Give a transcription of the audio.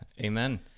amen